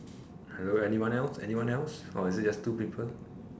hello anyone else anyone else or is it just two people